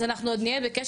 אז אנחנו עוד נהיה בקשר.